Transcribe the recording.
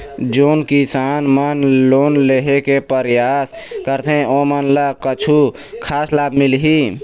जोन किसान मन लोन लेहे के परयास करथें ओमन ला कछु खास लाभ मिलही?